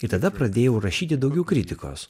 ir tada pradėjau rašyti daugiau kritikos